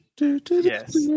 yes